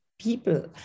People